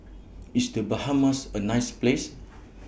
IS The Bahamas A nice Place